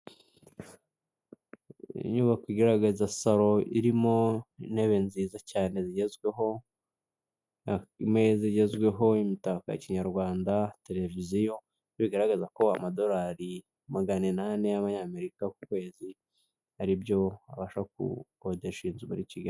Inyubako igaragaza salo irimo intebe nziza cyane zigezweho ya, imeza igezweho, imitako ya Kinyarwanda, tereviziyo bigaragaza ko amadorari maganinani y'amanyamerika ku kwezi ari byo wabasha gukodesha iyi nzu muri Kigali.